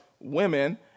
women